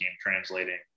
translating